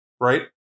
Right